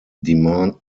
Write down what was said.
demand